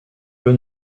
peu